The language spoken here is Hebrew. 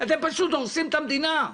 אתם פשוט הורסים את המדינה.